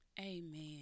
Amen